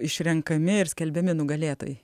išrenkami ir skelbiami nugalėtojai